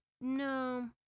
No